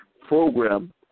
program